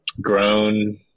grown